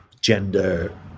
gender